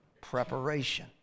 preparation